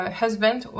husband